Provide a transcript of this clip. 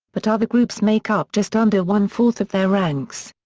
but other groups make up just under one-fourth of their ranks.